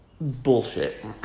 Bullshit